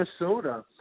Minnesota